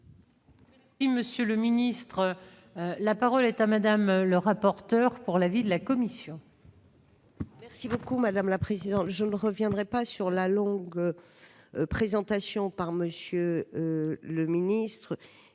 Et monsieur le ministre, la parole est à madame le rapporteur pour la vie de la commission.